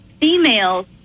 females